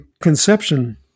conception